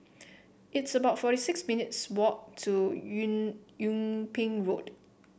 it's about forty six minutes' walk to Yung Yung Ping Road